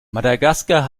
madagaskar